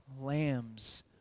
lamb's